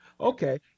Okay